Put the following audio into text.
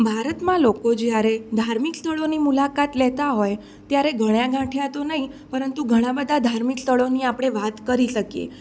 ભારતમાં લોકો જ્યારે ધાર્મિક સ્થળોની મુલાકાત લેતા હોય ત્યારે ગણ્યા ગાંઠ્યા તો નહીં પરંતુ ઘણા બધા ધાર્મિક સ્થળોની આપણે વાત કરી શકીએ